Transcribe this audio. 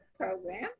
Program